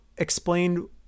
explain